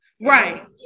Right